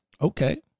Okay